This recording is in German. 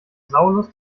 saulus